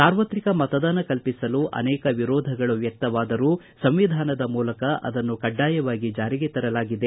ಸಾರ್ವತ್ರಿಕ ಮತದಾನ ಕಲ್ಪಿಸಲು ಅನೇಕ ವಿರೋಧಗಳು ವ್ವಕ್ತವಾದರೂ ಸಂವಿಧಾನದ ಮೂಲಕ ಅದನ್ನು ಕಡ್ವಾಯವಾಗಿ ಜಾರಿಗೆ ತರಲಾಗಿದೆ